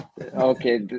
Okay